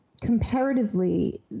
comparatively